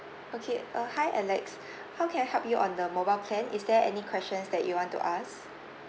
okay uh hi alex how can I help you on the mobile plan is there any questions that you want to ask